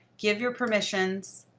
give your permissions.